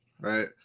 right